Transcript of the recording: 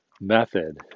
method